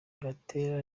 gatera